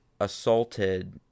assaulted